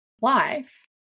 life